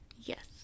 yes